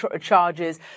charges